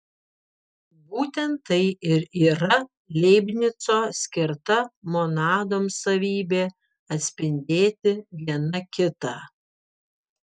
būtent tai ir yra leibnico skirta monadoms savybė atspindėti viena kitą